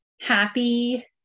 happy